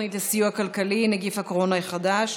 התוכנית לסיוע כלכלי (נגיף הקורונה החדש)